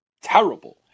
Terrible